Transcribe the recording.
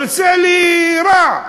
עושה לי רע,